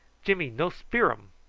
jimmy no spear um.